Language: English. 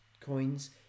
coins